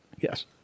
Yes